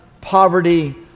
poverty